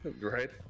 Right